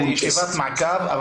זו ישיבת מעקב,